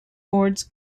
boards